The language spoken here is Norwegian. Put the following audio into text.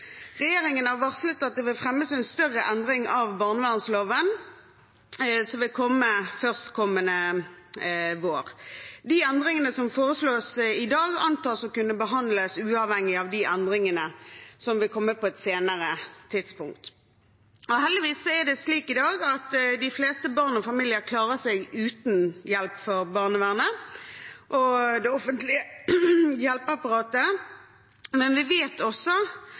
Regjeringen har varslet at det vil fremmes en større endring av barnevernsloven, som vil komme neste vår. De endringene som foreslås i dag, antas å kunne behandles uavhengig av de endringene som vil komme på et senere tidspunkt. Heldigvis er det slik i dag at de fleste barn og familier klarer seg uten hjelp fra barnevernet og det offentlige hjelpeapparatet, men vi vet også